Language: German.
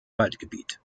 waldgebiet